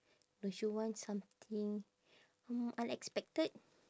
don't you want something hmm unexpected